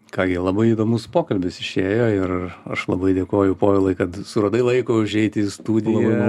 ką gi labai įdomus pokalbis išėjo ir aš labai dėkoju povilai kad suradai laiko užeiti į studiją